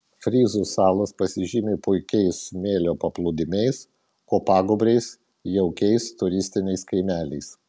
fryzų salos pasižymi puikiais smėlio paplūdimiais kopagūbriais jaukiais turistiniais kaimeliais